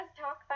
talk